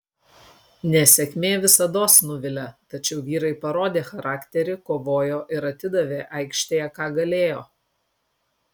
nesėkmė visados nuvilia tačiau vyrai parodė charakterį kovojo ir atidavė aikštėje ką galėjo